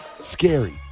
Scary